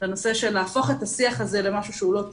לנושא של להפוך את השיח הזה למשהו שהוא לא טאבו,